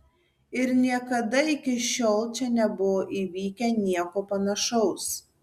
ir niekada iki šiol čia nebuvo įvykę nieko panašaus